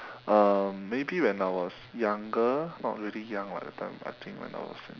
um maybe when I was younger not really young lah that time I think when I was in